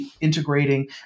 integrating